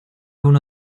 uno